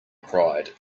cried